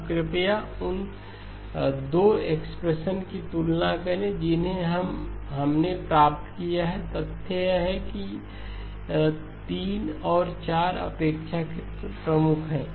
अब कृपया उन 2 एक्सप्रेशन की तुलना करें जिन्हें हमने प्राप्त किया है कि तथ्य यह है कि 3 और 4 अपेक्षाकृत प्रमुख हैं